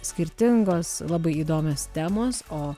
skirtingos labai įdomios temos o